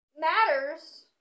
Matters